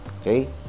Okay